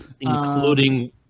including